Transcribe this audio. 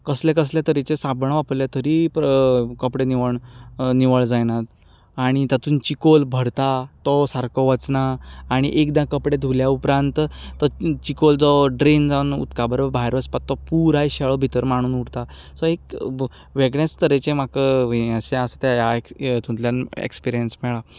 कसले कसले तरेचे साबण वापरले तरी कपडे निवळ जायनात आनी तातूंत चिकल भरता तो सारको वचना आनी एकदां कपडे धुले उपरांत तो चिकल जो उदका बरोबर ड्रॅन जावन भायर वचपाचो तो पुराय शेळो भितर मांडून उरता सो एक वेगळेंच तरेचें म्हाका हें हितूंतल्यान एक्सपिरियंस मेळ्ळां